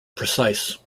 precise